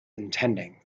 intending